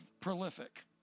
prolific